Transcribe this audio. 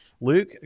Luke